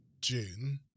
June